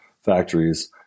factories